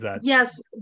Yes